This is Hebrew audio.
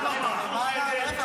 ששמו מיקי זוהר.) לא לא לא לא.